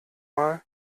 mal